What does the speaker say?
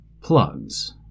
Plugs